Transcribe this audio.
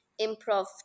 improv